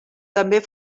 també